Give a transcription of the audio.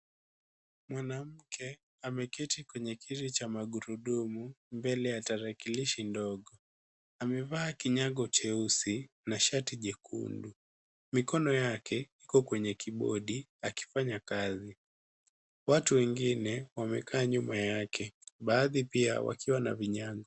Mwanamke ameketi kwenye kiti cha magurudumu mbele ya tarakilishi ndogo. Amevaa kinyago cheusi na shati jekundu. Mikono yake iko kwenye kibodi akifanya kazi. Watu wengine wamekaa nyuma yake baadhi pia wakiwa na vinyago.